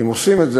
אם עושים את זה,